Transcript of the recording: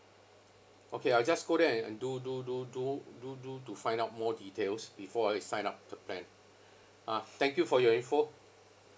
okay I'll just go there a~ and do do do do do do to find out more details before I sign up the plan ah thank you for your information